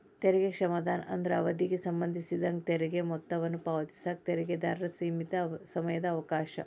ತೆರಿಗೆ ಕ್ಷಮಾದಾನ ಅಂದ್ರ ಅವಧಿಗೆ ಸಂಬಂಧಿಸಿದಂಗ ತೆರಿಗೆ ಮೊತ್ತವನ್ನ ಪಾವತಿಸಕ ತೆರಿಗೆದಾರರ ಸೇಮಿತ ಸಮಯದ ಅವಕಾಶ